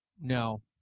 No